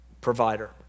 provider